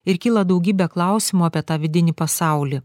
ir kyla daugybė klausimų apie tą vidinį pasaulį